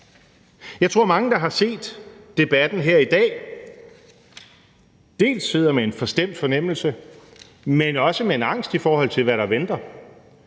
Jeg tror, at mange, der har set debatten her i dag, dels sidder med en forstemt fornemmelse, dels med en angst, i forhold til hvad der venter.